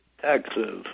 Texas